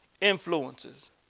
influences